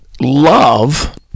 love